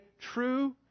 true